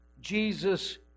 Jesus